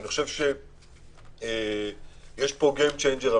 אני חושב שיש פה game changer אמיתי,